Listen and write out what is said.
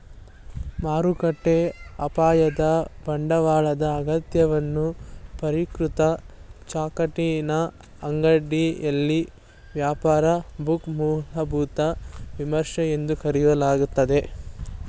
ಮಾರುಕಟ್ಟೆ ಅಪಾಯದ ಬಂಡವಾಳದ ಅಗತ್ಯವನ್ನ ಪರಿಷ್ಕೃತ ಚೌಕಟ್ಟಿನ ಅಡಿಯಲ್ಲಿ ವ್ಯಾಪಾರ ಬುಕ್ ಮೂಲಭೂತ ವಿಮರ್ಶೆ ಎಂದು ಕರೆಯಲಾಗುತ್ತೆ